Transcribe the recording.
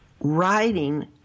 writing